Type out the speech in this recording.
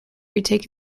retake